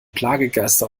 plagegeister